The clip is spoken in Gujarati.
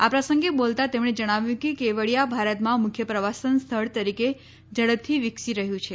આ પ્રસંગે બોલતા તેમણે જણાવ્યું કે કેવડીયા ભારતમાં મુખ્ય પ્રવાસન સ્થળ તરીકે ઝડપથી વિકસી રહયું છે